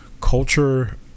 culture